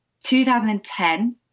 2010